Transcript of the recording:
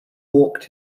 walked